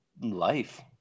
life